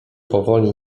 powoli